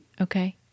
Okay